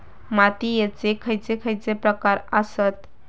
मातीयेचे खैचे खैचे प्रकार आसत?